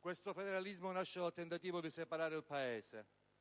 questo federalismo nasce dal tentativo di separare il Paese.